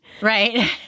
Right